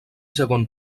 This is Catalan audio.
segon